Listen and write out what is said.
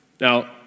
Now